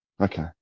Okay